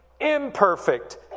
imperfect